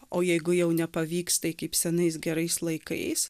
o jeigu jau nepavyks tai kaip senais gerais laikais